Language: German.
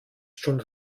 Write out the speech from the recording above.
schon